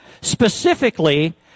Specifically